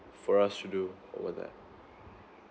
for us to do over there